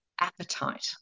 appetite